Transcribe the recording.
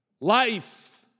Life